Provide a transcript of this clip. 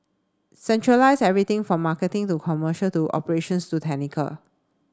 centralise everything from marketing to commercial to operations to technical